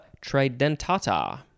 tridentata